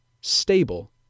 stable